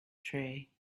tree